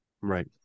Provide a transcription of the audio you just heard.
Right